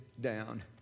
down